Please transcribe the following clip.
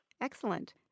Excellent